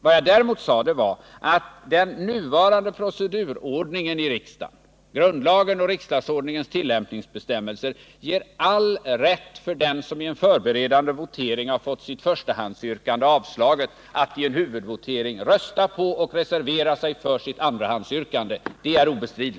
Vad jag däremot sade var att nuvarande procedurordningen i riksdagen, grundlagen och riksdagsordningens tillämpningsbestämmelser, ger all rätt för dem som i en förberedande votering fått sitt förstahandsyrkande avslaget att vid huvudvoteringen rösta på och reservera sig för sitt andrahandsyrkande. Det är obestridligt.